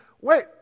Wait